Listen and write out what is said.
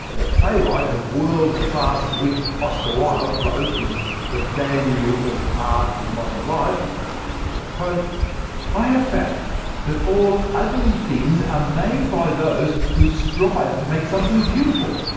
the playwright and world-class wit, oscar wilde, wrote, in the value of art in modern life and like i have found that all ugly things are made by those who strive to make something beautiful,